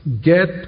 get